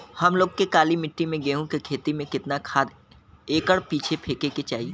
हम लोग के काली मिट्टी में गेहूँ के खेती में कितना खाद एकड़ पीछे फेके के चाही?